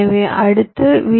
எனவே அடுத்து வி